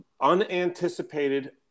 Unanticipated